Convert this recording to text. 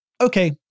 Okay